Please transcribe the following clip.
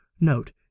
Note